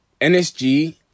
NSG